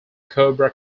cobra